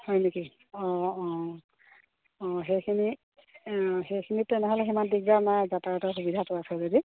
হয় নেকি অঁ অঁ অঁ সেইখিনি অঁ সেইখিনিত তেনেহ'লে সিমান দিগদাৰ নাই যাতায়তৰ সুবিধাটো আছে যদি